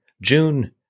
june